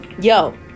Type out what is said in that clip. yo